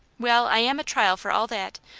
well, i am a trial for all that.